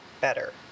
better